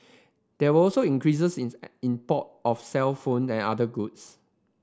there were also increases in import of cellphone and other goods